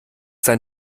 sein